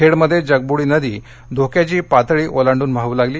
खेडमध्ये जगबुडी नदी धोक्याची पातळी ओलांडून वाहू लागली